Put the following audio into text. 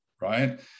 right